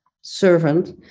servant